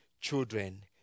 children